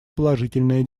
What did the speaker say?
положительная